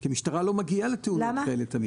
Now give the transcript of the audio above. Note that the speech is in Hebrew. כי המשטרה לא מגיעה לתאונות כאלה תמיד.